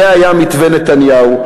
זה היה מתווה נתניהו,